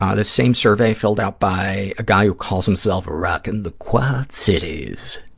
ah the same survey, filled out by a guy who calls himself rocking the quad cities,